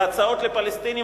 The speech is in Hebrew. והצעות לפלסטינים,